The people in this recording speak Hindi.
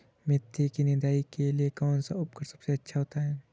मेथी की निदाई के लिए कौन सा उपकरण सबसे अच्छा होता है?